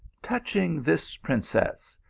touching this princess,